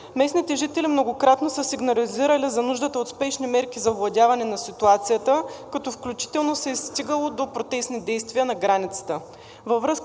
Местните жители многократно са сигнализирали за нуждата от спешни мерки за овладяване на ситуацията, като включително се е стигало до протестни действия на границата.